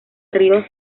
río